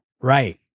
right